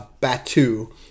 batu